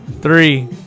Three